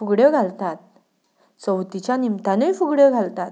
फुगड्यो घालतात चवथीच्या निमतानूय फुगड्यो घालतात